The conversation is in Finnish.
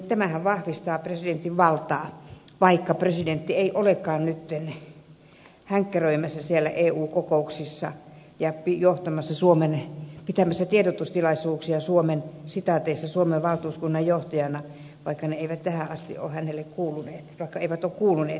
tämähän vahvistaa presidentin valtaa vaikka presidentti ei olekaan nyt hänkkäröimässä siellä eu kokouksissa ja pitämässä tiedotustilaisuuksia sitaateissa suomen valtuuskunnan johtajana vaikka ne kokoukset eivät tähän asti ole hänelle kuuluneet